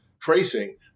tracing